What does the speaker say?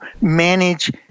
manage